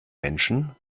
menschen